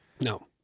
No